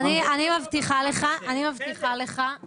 אז אני מבטיחה לך, תראה,